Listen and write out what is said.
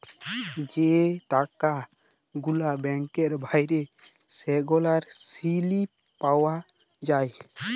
যে টাকা গুলা ব্যাংকে ভ্যইরে সেগলার সিলিপ পাউয়া যায়